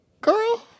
girl